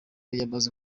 yamaze